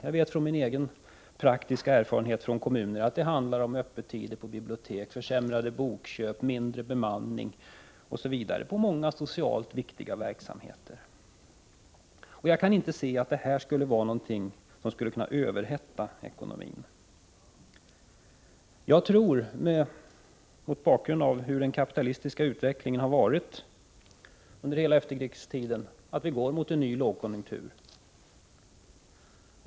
Jag vet från min egen praktiska erfarenhet från kommunen att det handlar om kortare öppettider på bibliotek, försämrade bokköp, mindre bemanning, osv. på många socialt viktiga verksamheter. Jag kan inte se att detta skulle vara någonting som skulle överhetta ekonomin. Jag tror mot bakgrund av hur den kapitalistiska utvecklingen har varit under hela efterkrigstiden att vi går mot en ny lågkonjunktur.